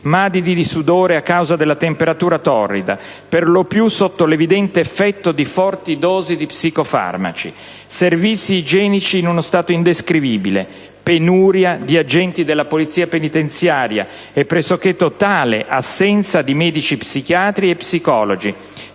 madidi di sudore a causa della temperatura torrida, per lo più sotto l'evidente effetto di forti dosi di psicofarmaci; servizi igienici in uno stato indescrivibile; penuria di agenti della polizia penitenziaria e pressoché totale assenza di medici psichiatri e psicologi;